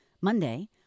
Monday